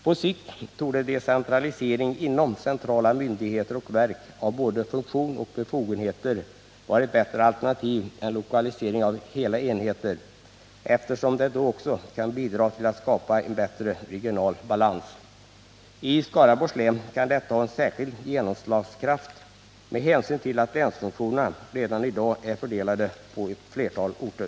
På sikt torde decentralisering inom centrala myndigheter och verk av både funktion och befogenheter vara ett bättre alternativ än lokalisering av hela enheter, eftersom det då också kan bidra till att skapa bättre regional balans. I Skaraborgs län kan detta ha särskild genomslagskraft med hänsyn till att länsfunktionerna redan i dag är fördelade på ett flertal orter.